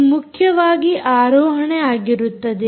ಇದು ಮುಖ್ಯವಾಗಿ ಆರೋಹಣೆ ಆಗಿರುತ್ತದೆ